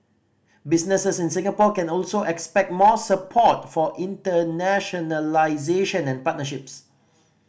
businesses in Singapore can also expect more support for internationalisation and partnerships